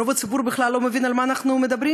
רוב הציבור בכלל לא מבין על מה אנחנו מדברים,